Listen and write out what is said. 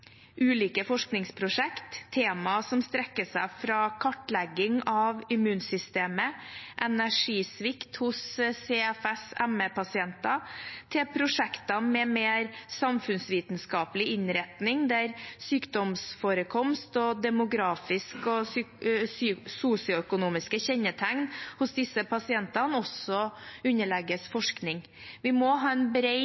ulike forskningsprosjekt, temaer som strekker seg fra kartlegging av immunsystemet, energisvikt hos CFS/ME-pasienter til prosjekter med mer samfunnsvitenskapelig innretning, der sykdomsforekomst og demografisk, og sosioøkonomiske kjennetegn hos disse pasientene også